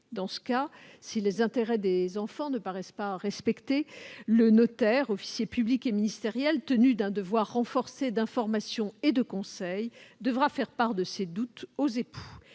Dans ce cas, si les intérêts des enfants ne paraissent pas respectés, le notaire, officier public et ministériel, tenu à un devoir renforcé d'information et de conseil, devra faire part de ses doutes aux époux.